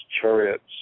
Chariots